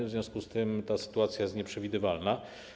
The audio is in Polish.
W związku z tym ta sytuacja jest nieprzewidywalna.